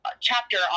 chapter